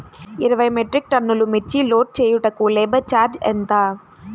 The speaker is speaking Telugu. ఇరవై మెట్రిక్ టన్నులు మిర్చి లోడ్ చేయుటకు లేబర్ ఛార్జ్ ఎంత?